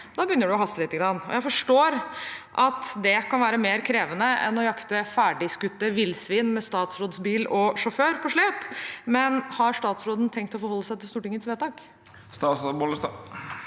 da begynner det å haste litt. Jeg forstår at det kan være mer krevende enn å jakte ferdigskutte villsvin med statsrådsbil og sjåfør på slep, men har statsråden tenkt å forholde seg til Stortingets vedtak?